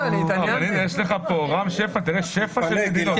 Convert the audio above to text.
רם שפע, יש פה שפע של מדינות.